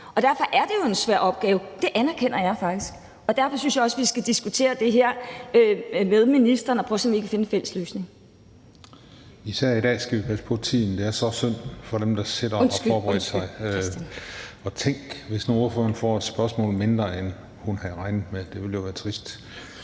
Og derfor er det jo en svær opgave – det anerkender jeg faktisk, og derfor synes jeg også, at vi skal diskutere det her med ministeren og prøve at se, om vi kan finde en fælles løsning. Kl. 13:48 Den fg. formand (Christian Juhl): Især i dag skal vi passe på tiden. Det er så synd for dem, der sidder og har forberedt sig. Og tænk, hvis nu ordføreren får et spørgsmål mindre, end hun havde regnet med. Det ville jo være trist.